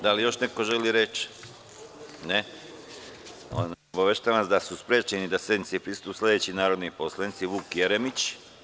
Da li još neko želi reč? (Ne) Obaveštavam vas da je sprečen da sednici prisustvuje narodni poslanik Vuk Jeremić.